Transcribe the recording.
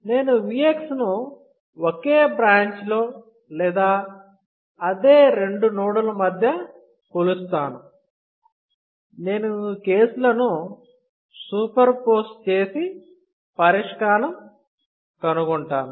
నేను Vx ను ఒకే బ్రాంచ్లో లేదా అదే రెండు నోడు ల మధ్య కొలుస్తాను నేను ఈ కేసులను సూపర్ పోజ్ చేసి పరిష్కారం కనుగొంటాను